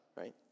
right